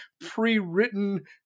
pre-written